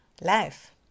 life